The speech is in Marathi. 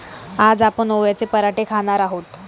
आज आपण ओव्याचे पराठे खाणार आहोत